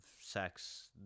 sex